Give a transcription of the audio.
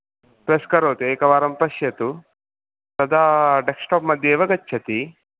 press करोतु एकवारं पश्यतु तदा डेक्सटॉप् मध्येव गच्छति